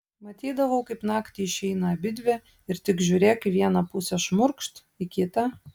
matydavau kaip naktį išeina abidvi ir tik žiūrėk į vieną pusę šmurkšt į kitą